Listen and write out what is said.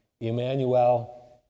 Emmanuel